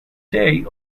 day